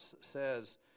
says